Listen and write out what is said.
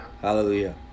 Hallelujah